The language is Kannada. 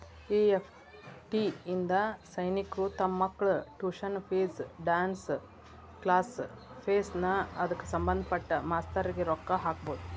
ಇ.ಎಫ್.ಟಿ ಇಂದಾ ಸೈನಿಕ್ರು ತಮ್ ಮಕ್ಳ tuition fees, dance class fees ನಾ ಅದ್ಕ ಸಭಂದ್ಪಟ್ಟ ಮಾಸ್ತರ್ರಿಗೆ ರೊಕ್ಕಾ ಹಾಕ್ಬೊದ್